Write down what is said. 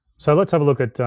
so let's have a look at,